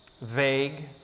vague